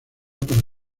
para